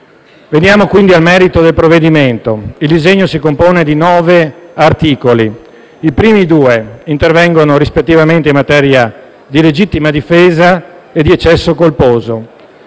Veniamo quindi al merito del provvedimento: il disegno di legge si compone di 9 articoli; i primi due intervengono rispettivamente in materia di legittima difesa e di eccesso colposo.